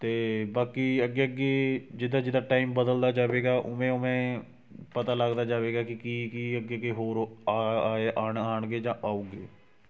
ਅਤੇ ਬਾਕੀ ਅੱਗੇ ਅੱਗੇ ਜਿੱਦਾਂ ਜਿੱਦਾਂ ਟਾਈਮ ਬਦਲਦਾ ਜਾਵੇਗਾ ਉਵੇਂ ਉਵੇਂ ਪਤਾ ਲੱਗਦਾ ਜਾਵੇਗਾ ਕਿ ਕੀ ਕੀ ਅੱਗੇ ਅੱਗੇ ਹੋਰ ਆ ਆ ਆਣ ਆਉਣਗੇ ਜਾਂ ਆਊਗੇ